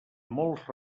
molts